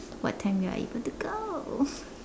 what time we are able to go